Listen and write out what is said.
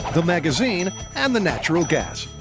the magazine, and the natural gas.